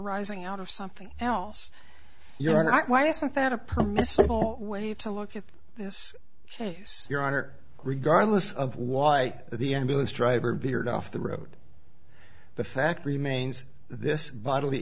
rising out of something else you're not why isn't that a permissible way to look at this case your honor regardless of why the ambulance driver veered off the road the fact remains this bodily